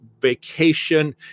vacation